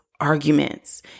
arguments